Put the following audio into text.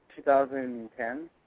2010